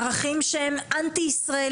ערכים שהם אנטי-ישראלים.